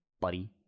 buddy